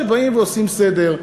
כשבאים ועושים סדר,